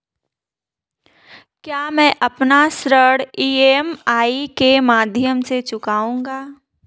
क्या मैं अपना ऋण ई.एम.आई के माध्यम से चुकाऊंगा?